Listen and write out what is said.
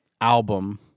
album